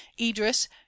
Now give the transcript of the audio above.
idris